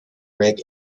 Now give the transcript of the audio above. rig